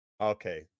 okay